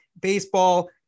baseball